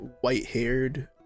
white-haired